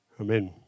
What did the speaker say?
Amen